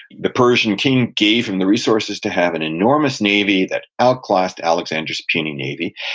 the persian king gave him the resources to have an enormous navy that outclassed alexander's puny navy,